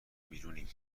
بیرونیم